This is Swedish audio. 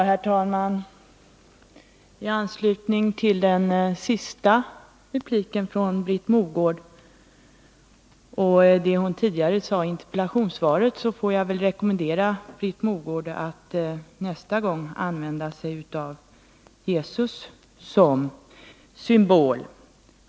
Herr talman! I anslutning till den sista repliken från Britt Mogård och det hon tidigare sade i interpellationssvaret får jag väl rekommendera Britt Mogård att nästa gång använda sig av Jesus som symbol.